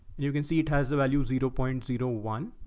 and you can see it as the value zero point zero one.